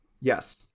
Yes